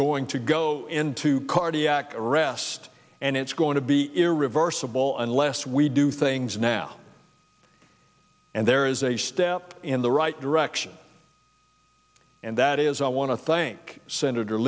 going to go into cardiac arrest and it's going to be irreversible unless we do things now and there is a step in the right direction and that is i want to thank senator